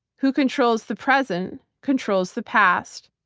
who controls the present controls the past,